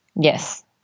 yes